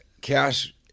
Cash